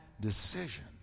decision